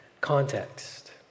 context